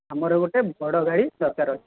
ଆମର ଗୋଟେ ବଡ଼ ଗାଡ଼ି ଦରକାର ଅଛି